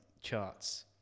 charts